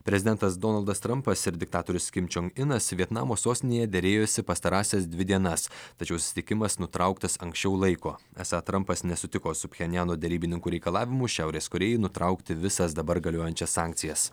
prezidentas donaldas trampas ir diktatorius kim čion inas vietnamo sostinėje derėjosi pastarąsias dvi dienas tačiau susitikimas nutrauktas anksčiau laiko esą trampas nesutiko su pchenjano derybininkų reikalavimu šiaurės korėjai nutraukti visas dabar galiojančias sankcijas